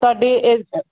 ਸਾਡੇ